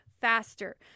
faster